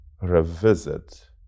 revisit